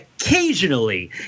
occasionally